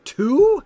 Two